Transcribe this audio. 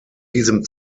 diesem